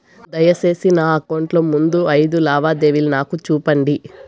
దయసేసి నా అకౌంట్ లో ముందు అయిదు లావాదేవీలు నాకు చూపండి